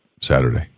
Saturday